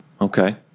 Okay